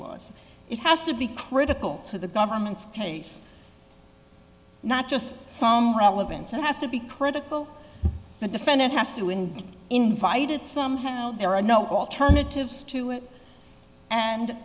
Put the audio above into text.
clause it has to be critical to the government's case not just some relevance it has to be critical the defendant has to and invited somehow there are no alternatives to it and